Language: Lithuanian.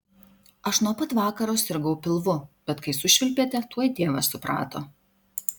aš nuo pat vakaro sirgau pilvu bet kai sušvilpėte tuoj tėvas suprato